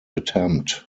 attempt